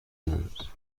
meuse